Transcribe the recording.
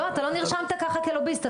לא, אתה לא נרשמת ככה כלוביסט.